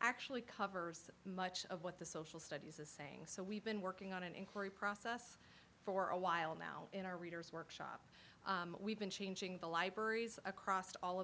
actually covers much of what the social studies is saying so we've been working on an inquiry process for a while now in our readers workshop we've been changing the libraries across all